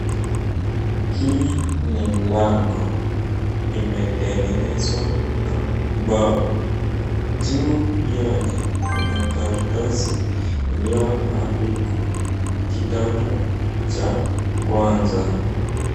Hii ni mlango imetengenezwa na mbao. Juu yake kuna karatasi iliyoandikwa kidato cha kwanza.